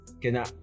kenya